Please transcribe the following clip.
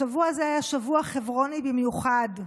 השבוע הזה היה שבוע חברוני במיוחד: